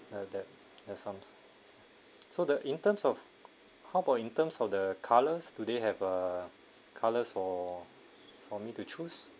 uh that the sam~ so the in terms of how about in terms of the colors do they have a colors for for me to choose